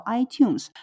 iTunes